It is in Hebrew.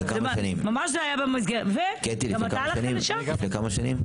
קטי, לפני כמה שנים?